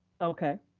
okay.